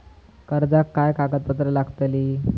कर्जाक काय कागदपत्र लागतली?